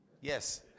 Yes